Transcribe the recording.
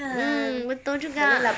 mm betul juga